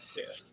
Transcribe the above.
yes